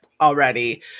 already